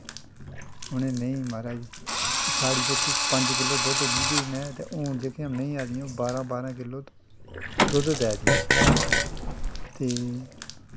उ'नें मैहीं म्हाराज साढ़ी जेह्की पंज किल्लो दुद्ध दिंदी ही मैंह् तां हून जेह्ड़ी मैहीं आई दियां ओह् बारां बारां किल्लो दुद्ध देआ दियां ते